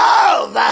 Love